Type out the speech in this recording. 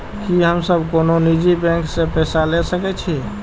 की हम सब कोनो निजी बैंक से पैसा ले सके छी?